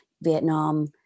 Vietnam